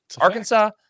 arkansas